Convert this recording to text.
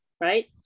right